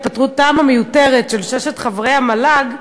התפטרותם המיותרת של ששת חברי המל"ג.